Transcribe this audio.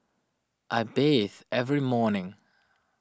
I bathe every morning